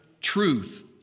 truth